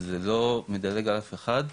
זה לא מדלג על אף אחד,